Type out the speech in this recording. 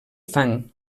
fang